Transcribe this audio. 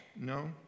no